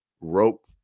rope